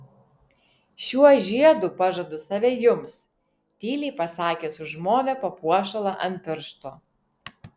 šiuo žiedu pažadu save jums tyliai pasakęs užmovė papuošalą ant piršto